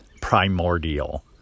primordial